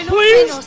Please